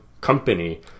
company